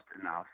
enough